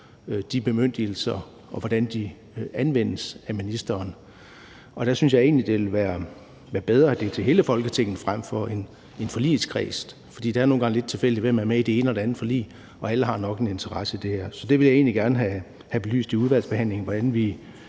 de bemyndigelser, og hvordan de anvendes af ministeren. Og der synes jeg egentlig, det ville være bedre, at det er til hele Folketinget frem for en forligskreds, for det er nogle gange lidt tilfældigt, hvem der er med i det ene og det andet forlig, og alle har nok en interesse i det her. Så jeg vil egentlig gerne have belyst i udvalgsbehandlingen, hvordan vi